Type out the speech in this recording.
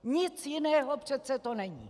Nic jiného přece to není.